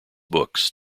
books